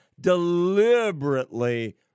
deliberately